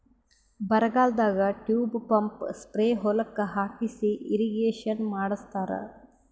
ಬರಗಾಲದಾಗ tube pump spray ಹೊಲಕ್ಕ್ ಹಾಕಿಸಿ ಇರ್ರೀಗೇಷನ್ ಮಾಡ್ಸತ್ತರ